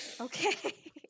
Okay